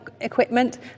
equipment